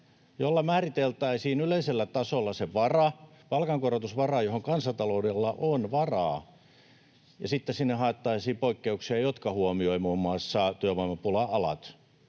jolla määriteltäisiin yleisellä tasolla se palkankorotusvara, johon kansantaloudella on varaa, ja sitten sinne haettaisiin poikkeuksia, jotka huomioivat muun muassa työvoimapula-alat,